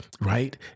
right